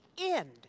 end